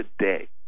today